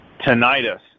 Tinnitus